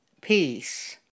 peace